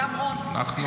גם אתה וגם רון,